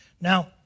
Now